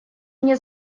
мне